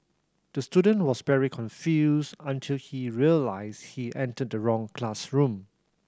the student was very confused until he realised he entered the wrong classroom